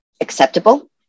acceptable